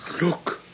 Look